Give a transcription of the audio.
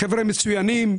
חבר'ה מצוינים,